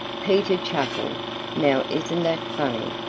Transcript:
peter chuckled. now isn't that funny?